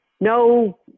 no